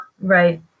right